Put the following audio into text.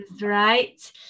right